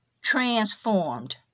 transformed